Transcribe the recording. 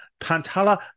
Pantala